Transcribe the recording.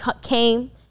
came